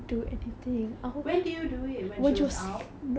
தூங்கும்போது:thungumpothu oh then